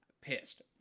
pissed